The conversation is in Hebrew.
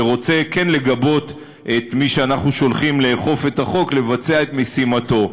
שרוצה כן לגבות את מי שאנחנו שולחים לאכוף את החוק לבצע את משימתו.